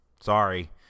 Sorry